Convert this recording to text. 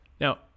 Now